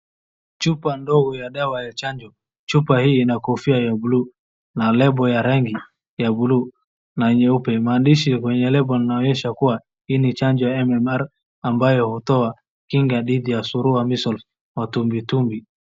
Chupa ndogo ya dawa ya chanjo. Chupa hii ina kofia ya blue na lebo ya rangi ya blue na nyeupe. Maandishi kwenye lebo yanaonyesha kuwa hii ni chanjo ya MMR ambayo hutoa kinga dhidi ya surua, measles , matumbitumbi.